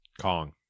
Kong